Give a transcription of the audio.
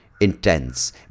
intense